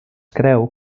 creu